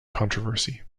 controversy